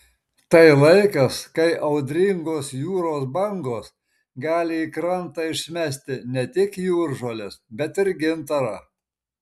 tai laikas kai audringos jūros bangos gali į krantą išmesti ne tik jūržoles bet ir gintarą